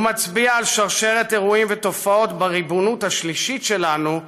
הוא מצביע על שרשרת אירועים ותופעות בריבונות השלישית שלנו,